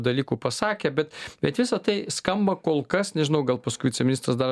dalykų pasakė bet bet visa tai skamba kol kas nežinau gal paskui viceministras dar